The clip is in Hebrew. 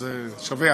אז שווה.